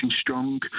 strong